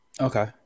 Okay